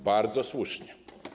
Bardzo słusznie.